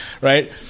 Right